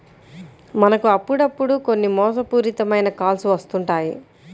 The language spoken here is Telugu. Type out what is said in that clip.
మనకు అప్పుడప్పుడు కొన్ని మోసపూరిత మైన కాల్స్ వస్తుంటాయి